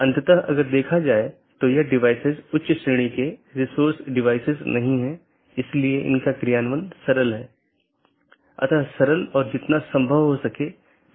तो AS1 में विन्यास के लिए बाहरी 1 या 2 प्रकार की चीजें और दो बाहरी साथी हो सकते हैं